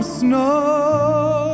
snow